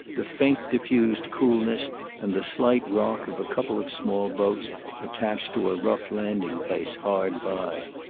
the faint diffused coolness and the slight rock of a couple of small boats attached to a rough landing-place hard by.